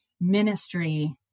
ministry